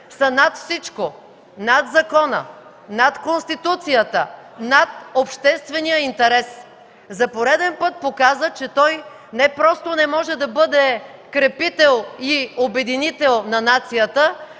са над всичко – над закона, над Конституцията, над обществения интерес. За пореден път показа, че той не просто не може да бъде крепител и обединител на нацията,